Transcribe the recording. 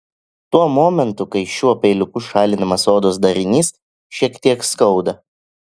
tuo momentu kai šiuo peiliuku šalinamas odos darinys šiek tiek skauda